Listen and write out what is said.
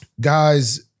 Guys